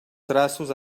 traços